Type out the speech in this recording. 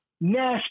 Nash